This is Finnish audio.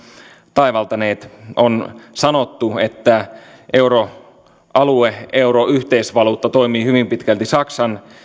taivaltaneet on sanottu että euroalue euro yhteisvaluutta toimii hyvin pitkälti saksan